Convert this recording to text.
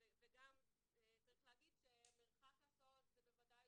גם צריך להגיד שמרחק ההסעות זה בוודאי